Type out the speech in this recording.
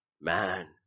man